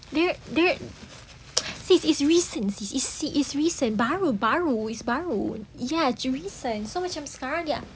sis it's recent sis it's it's recent baru baru it's baru sekarang macam